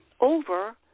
over